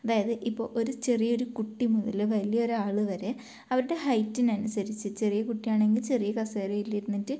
അതായത് ഇപ്പോൾ ഒരു ചെറിയ ഒരു കുട്ടി മുതൽ വലിയ ഒരാള് വരെ അവരുടെ ഹൈറ്റിന് അനുസരിച്ച് ചെറിയ കുട്ടിയാണെങ്കിൽ ചെറിയ കസേരയിൽ ഇരുന്നിട്ട്